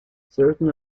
certain